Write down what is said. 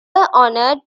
honored